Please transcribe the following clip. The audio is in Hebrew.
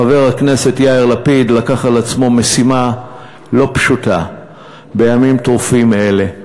חבר הכנסת יאיר לפיד לקח על עצמו משימה לא פשוטה בימים טרופים אלה,